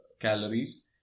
calories